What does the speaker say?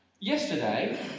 Yesterday